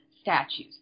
statues